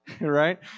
right